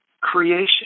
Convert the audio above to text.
creation